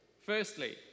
Firstly